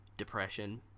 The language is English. depression